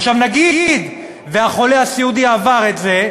עכשיו, נגיד שהחולה הסיעודי עבר את זה,